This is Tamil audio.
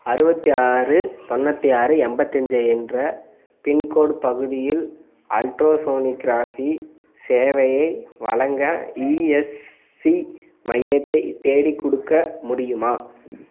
அறுபத்தி ஆறு தொண்ணூத்தி ஆறு எண்பத்தி அஞ்சு என்ற பின்கோடு பகுதியில் அல்ட்ரோசோனிக்ராஃபி சேவையை வழங்க இஎஸ்சி மையத்தை தேடிக் கொடுக்க முடியுமா